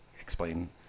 explain